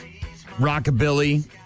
rockabilly